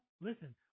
listen